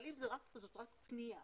אבל אם זאת רק פנייה